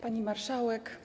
Pani Marszałek!